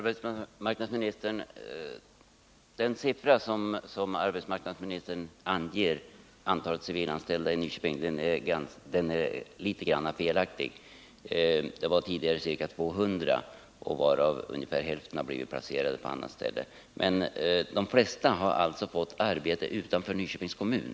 Herr talman! Den siffra som arbetsmarknadsministern anger beträffande antalet civilanställda i Nyköping är något felaktig. Tidigare fanns det ca 200 civilanställda, varav ungefär hälften blivit omplacerade. De flesta av dessa har fått arbete utanför Nyköpings kommun.